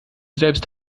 selbst